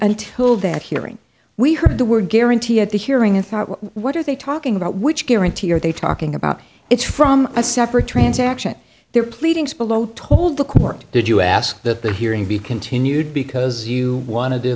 until that hearing we heard the word guarantee at the hearing and thought what are they talking about which guarantee are they talking about it's from a separate transaction there pleadings below told the court did you ask that the hearing be continued because you wanted to